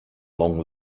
long